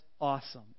awesome